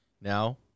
Now